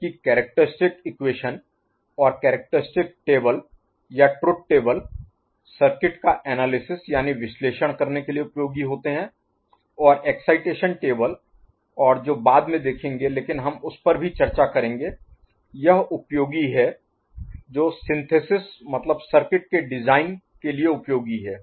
जबकि characteristic equation और characteristic table या ट्रुथ टेबल सर्किट का एनालिसिस यानि विश्लेषण करने के लिए उपयोगी होते हैं और एक्साइटेशन टेबल और जो बाद में देखेंगे लेकिन हम उस पर भी चर्चा करेंगे यह उपयोगी है जो सिंथेसिस Synthesis संश्लेषण मतलब सर्किट के डिज़ाइन के लिए उपयोगी है